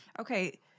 Okay